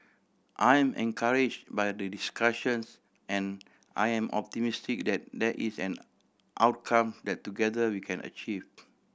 I am encourage by the discussions and I am optimistic that that is an outcome that together we can achieve